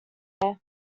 hair